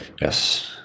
Yes